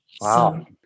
wow